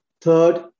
Third